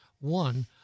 One